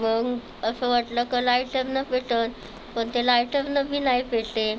मग असं वाटलं का लायटरनं पेटेल पण ते लायटरनं बी नाही पेटेल